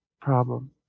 problem